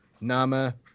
Nama